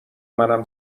منم